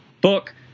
book